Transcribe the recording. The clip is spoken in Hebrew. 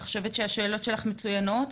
אני חושבת שהשאלות שלך מצוינות.